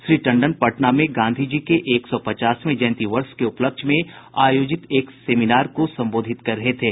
श्री टंडन पटना में गांधी जी के एक सौ पचासवें जयंती वर्ष के उपलक्ष्य में आयोजित एक सेमिनार को संबोधित कर रहे थे